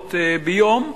שעות ביום,